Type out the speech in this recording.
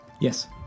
Yes